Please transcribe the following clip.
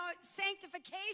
sanctification